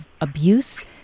abuse